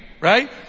right